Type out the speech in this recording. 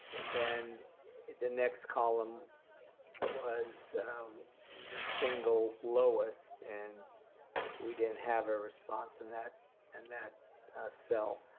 and then the next column was your single lowest and we didn't have a response in that and that cell.